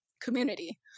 community